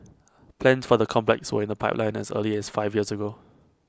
plans for the complex were in the pipeline as early as five years ago